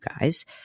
guys